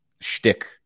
shtick